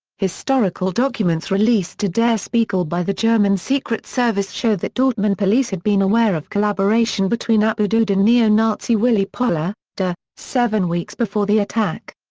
historical documents released to der spiegel by the german secret service show that dortmund police had been aware of collaboration between abu daoud and neo-nazi willi pohl ah de seven weeks before the attack.